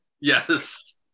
yes